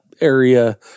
area